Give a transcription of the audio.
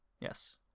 Yes